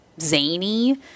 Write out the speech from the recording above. zany